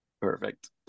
Perfect